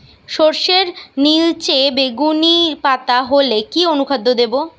সরর্ষের নিলচে বেগুনি পাতা হলে কি অনুখাদ্য দেবো?